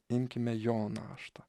imkime jo naštą